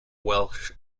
welsh